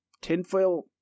tinfoil